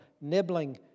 nibbling